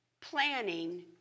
planning